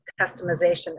customization